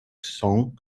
song